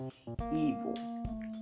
evil